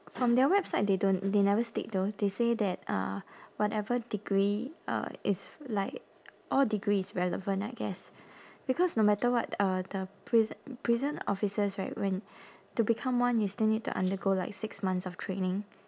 from their website they don't they never state though they say that uh whatever degree uh it's like all degree is relevant I guess because no matter what uh the priso~ prison officers right when to become one you still need to undergo like six months of training